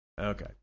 okay